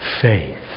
faith